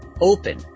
open